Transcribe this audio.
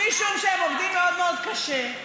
משום שהם עובדים מאוד מאוד קשה,